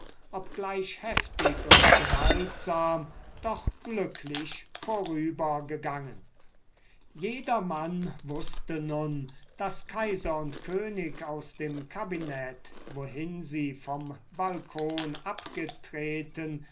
obgleich heftig und gewaltsam doch glücklich vorübergegangen jedermann wußte nun daß kaiser und könig aus dem kabinett wohin sie vom balkon abgetreten